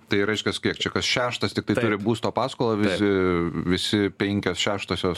tai reiškias kiek čia kas šeštas tiktai turi būsto paskolą visi visi penkios šeštosios